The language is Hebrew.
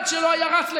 אחד שלא היה רץ לגנות.